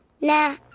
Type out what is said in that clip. Nah